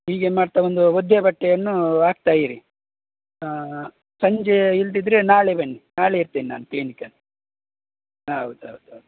ಹೀಗೆ ಮಾಡ್ತಾ ಒಂದು ಒದ್ದೆ ಬಟ್ಟೆಯನ್ನು ಹಾಕ್ತಾ ಇರಿ ಸಂಜೆ ಇಲ್ದಿದ್ರೆ ನಾಳೆ ಬನ್ನಿ ನಾಳೆ ಇರ್ತೀನಿ ನಾನು ಕ್ಲಿನಿಕ್ ಅಲ್ಲಿ ಹಾಂ ಹೌದು ಹೌದು ಹೌದು